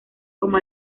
como